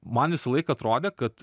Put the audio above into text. man visąlaik atrodė kad